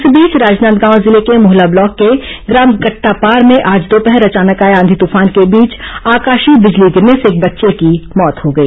इस बीच राजनांदगांव जिले में मोहला ब्लॉक के ग्राम कट्टापार में आज दोपहर अचानक आए आंधी तूफान के बीच आकाशीय बिजली गिरने से एक बच्चे की मौत हो गई